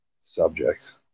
subject